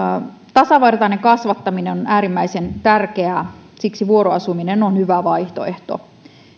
tasavertainen kasvattaminen on äärimmäisen tärkeää siksi vuoroasuminen on hyvä vaihtoehto